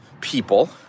people